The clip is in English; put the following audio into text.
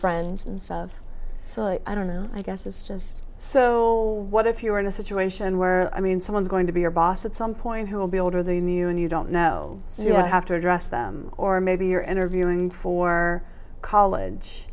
friends and so of so i don't know i guess is just so what if you were in a situation where i mean someone's going to be your boss at some point who will be older than you and you don't know so you have to address them or maybe you're interviewing for college